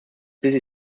busy